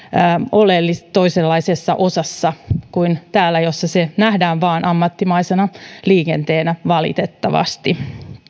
oleellisesti toisenlaisessa osassa kuin täällä jossa se nähdään vain ammattimaisena liikenteenä valitettavasti